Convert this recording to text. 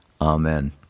Amen